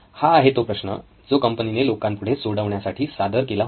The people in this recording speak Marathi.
हा आहे तो प्रश्न जो कंपनीने लोकांपुढे सोडवण्यासाठी सादर केला होता